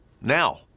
Now